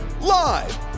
Live